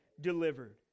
delivered